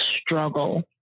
struggle